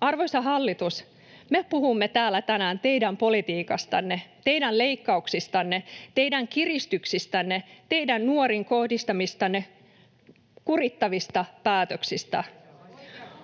Arvoisa hallitus, me puhumme täällä tänään teidän politiikastanne, teidän leikkauksistanne, teidän kiristyksistänne, teidän nuoriin kohdistamistanne kurittavista päätöksistä.